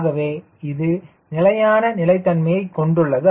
ஆகவே இது நிலையான நிலைத்தன்மையைக் கொண்டுள்ளது